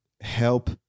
help